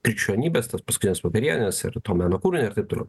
krikščionybės ten paskutinės vakarienės ir to meno kūrinio taip toliau